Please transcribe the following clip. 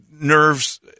nerves